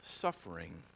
suffering